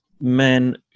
men